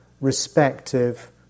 respective